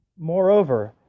Moreover